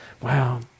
Wow